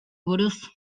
buruz